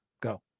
Go